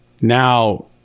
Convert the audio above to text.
Now